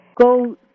go